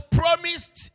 promised